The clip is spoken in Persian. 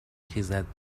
خیزد